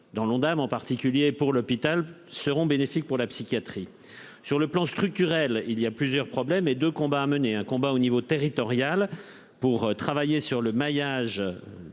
(Ondam), en particulier pour l'hôpital, seront bénéfiques pour la psychiatrie. Sur le plan structurel, il y a plusieurs problèmes et deux combats à mener. Le premier combat se joue au niveau territorial, et consiste à travailler sur le maillage